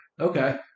Okay